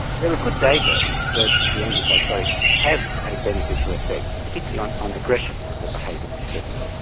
there are good data that the antipsychotics have a beneficial effect, particularly on on aggression as a behavioural disturbance,